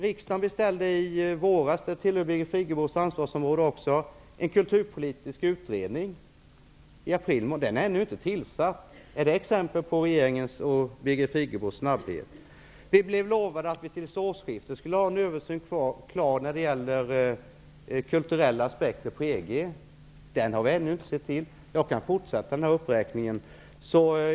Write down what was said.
Riksdagen beställde i april i våras -- detta tillhör också Birgit Friggebos ansvarsområde -- en kulturpolitiskt utredning. Den är ännu inte tillsatt. Är det exempel på regeringens och Birgit Friggebos snabbhet? Vi blev lovade att till årsskiftet få en översyn när det gäller kulturella aspekter i fråga om EG. Den har vi ännu inte sett till. Jag kan fortsätta med uppräkningen.